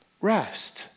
Rest